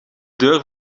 deur